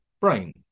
brain